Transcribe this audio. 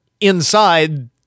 inside